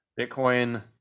Bitcoin